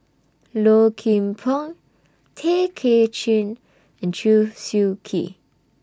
Low Kim Pong Tay Kay Chin and Chew Swee Kee